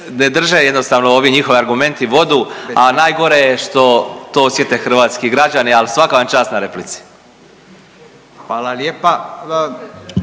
ne drže jednostavno ovi njihovi argumenti vodu, a najgore je što to osjete hrvatski građani. Ali svaka vam čast na replici. **Radin,